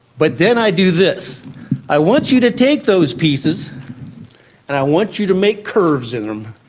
but then i do this i want you to take those pieces and i want you to make curves in them.